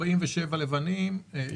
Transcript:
47 כלי רכב לבנים,